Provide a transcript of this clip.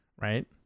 right